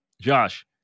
Josh